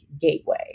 gateway